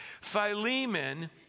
Philemon